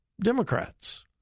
Democrats